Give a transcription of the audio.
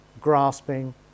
grasping